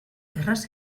erraz